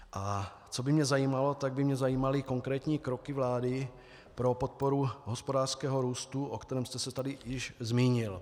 A co by mě zajímalo, tak by mě zajímaly konkrétní kroky vlády pro podporu hospodářského růstu, o kterém jste se tady již zmínil.